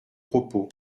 propos